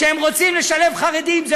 שהם רוצים לשלב חרדים.